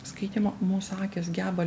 skaitymo mūsų akys geba